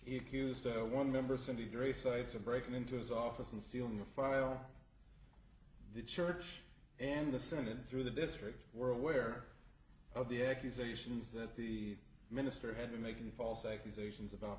he accused one member cindy dre sites of breaking into his office and stealing a file the church and the senate through the district were aware of the accusations that the minister had been making false accusations about